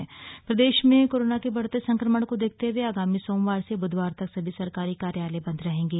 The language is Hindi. कोरोना अपडेट प्रदेश में कोरोना के बढ़ते संक्रमण को देखते हुए आगामी सोमवार से बुधवार तक सभी सरकारी कार्यालय बन्द रहेगें